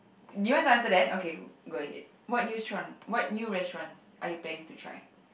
do you want to answer that okay go ahead what new stauran~ what new restaurants are you planning to try